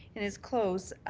in his close.